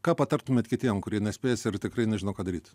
ką patartumėt kitiem kurie nespės ir tikrai nežino ką daryt